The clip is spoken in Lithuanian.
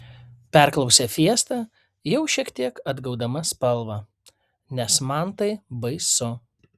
perklausė fiesta jau šiek tiek atgaudama spalvą nes man tai baisu